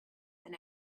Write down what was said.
and